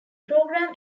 program